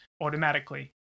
automatically